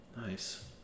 Nice